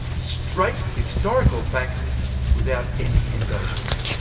straight historical facts without any embellishments.